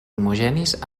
homogenis